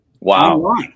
Wow